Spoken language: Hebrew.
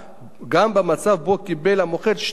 גם במצב שבו קיבל המוכר שתי דירות